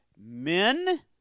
Men